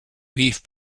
beef